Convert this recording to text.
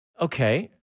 Okay